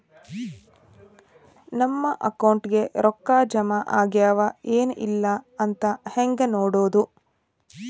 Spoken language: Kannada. ನಮ್ಮ ಅಕೌಂಟಿಗೆ ರೊಕ್ಕ ಜಮಾ ಆಗ್ಯಾವ ಏನ್ ಇಲ್ಲ ಅಂತ ಹೆಂಗ್ ನೋಡೋದು?